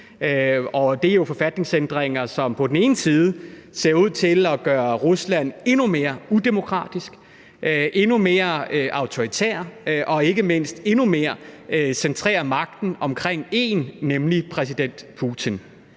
Det er jo forfatningsændringer, som på den ene side ser ud til at gøre Rusland endnu mere udemokratisk, endnu mere autoritært, og som ikke mindst centrerer magten endnu mere omkring en, nemlig præsident Putin.